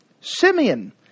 Simeon